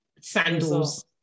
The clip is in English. sandals